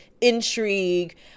intrigue